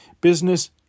Business